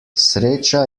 sreča